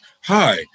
Hi